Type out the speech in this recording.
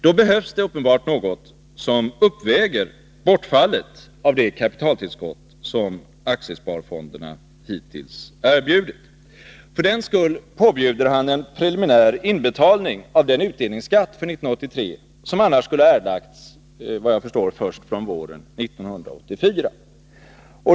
Då behövs det uppenbarligen något som uppväger bortfallet av det kapitaltillskott som aktiesparfonderna hittills har erbjudit. För den skull påbjuder finansministern en preliminär inbetalning av den utdelningsskatt för 1983 som annars, efter vad jag förstår, skulle ha erlagts först våren 1984.